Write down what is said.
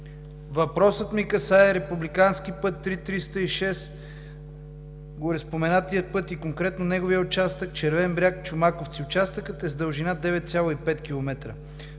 въпросът ми касае Републикански път III-306, гореспоменатия път и конкретно неговия участък Червен бряг – Чомаковци. Участъкът е с дължина 9,5 км,